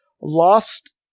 Lost